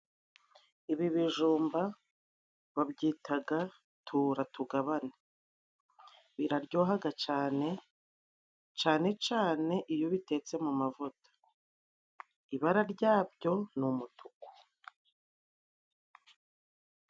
Ibi bijumba babyitaga turatugabane. Biraryohahaga cane, cane cane iyo bitetse mu mavuta, ibara ryabyo ni umutuku.